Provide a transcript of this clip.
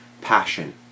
passion